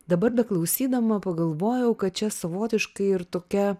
dabar beklausydama pagalvojau kad čia savotiškai ir tokia